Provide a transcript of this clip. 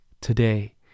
today